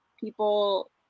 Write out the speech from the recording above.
people